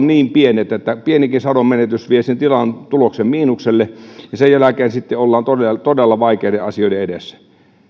niin pienikin sadon menetys vie sen tilan tuloksen miinukselle ja sen jälkeen sitten ollaan todella todella vaikeiden asioiden edessä